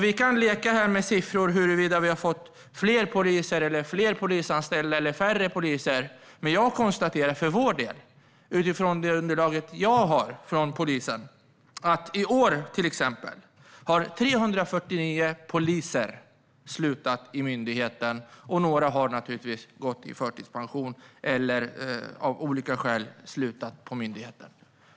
Vi kan leka med siffror: Har vi fått fler poliser, fler polisanställda eller färre poliser? Men jag konstaterar för vår del, utifrån det underlag jag har från polisen, att det exempelvis i år är 349 poliser som av olika skäl har slutat vid myndigheten - några har naturligtvis gått i förtidspension.